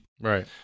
Right